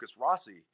Rossi